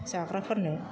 जाग्राफोरनो